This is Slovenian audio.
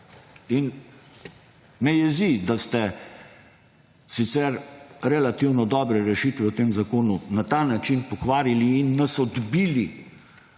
in me jezi, da ste sicer relativno dobre rešitve v tem zakonu na ta način pokvarili in nas odbili